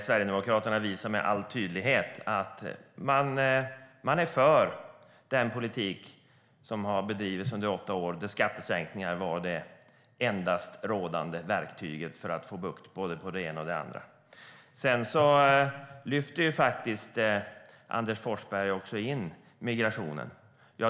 Sverigedemokraterna visar med all tydlighet att de är för den politik som har bedrivits under åtta år där skattesänkningar var det enda rådande verktyget för att få bukt med det ena och andra. Anders Forsberg lyfter också in migrationen.